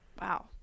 wow